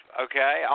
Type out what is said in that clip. okay